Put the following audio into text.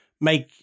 make